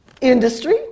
industry